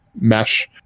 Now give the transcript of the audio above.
mesh